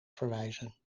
verwijzen